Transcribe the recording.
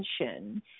attention